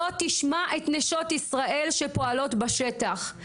בוא תשמע את נשות ישראל שפועלות בשטח,